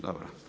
Dobro.